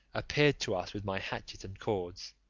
appeared to us with my hatchet and cords.